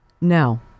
No